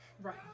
Right